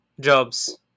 jobs